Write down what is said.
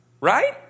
Right